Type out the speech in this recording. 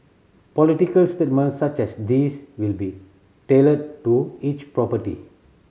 political statements such as these will be tailored to each property